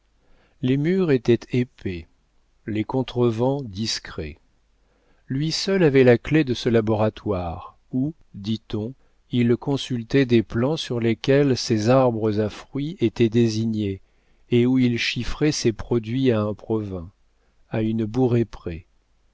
les murs étaient épais les contrevents discrets lui seul avait la clef de ce laboratoire où dit-on il consultait des plans sur lesquels ses arbres à fruits étaient désignés et où il chiffrait ses produits à un provin à une bourrée